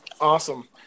Awesome